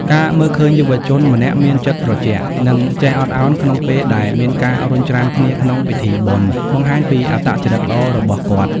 ការមើលឃើញយុវជនម្នាក់មាន "ចិត្តត្រជាក់" និង "ចេះអត់ឱន" ក្នុងពេលដែលមានការរុញច្រានគ្នាក្នុងពិធីបុណ្យ បង្ហាញពីអត្តចរិតល្អរបស់គាត់។